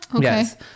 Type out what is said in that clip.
Yes